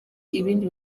ibindi